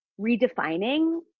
redefining